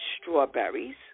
strawberries